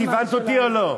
את הבנת אותי או לא?